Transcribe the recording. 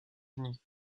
unis